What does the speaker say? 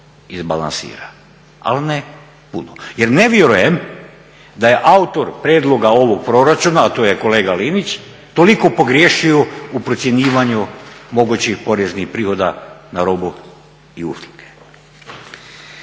izbalansira, ali ne puno. Jer ne vjerujem da je autor prijedloga ovoga proračuna a to je kolega Linić toliko pogriješio u procjenjivanju mogućih poreznih prihoda na robu i usluge.